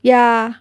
ya